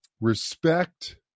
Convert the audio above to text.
respect